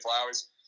Flowers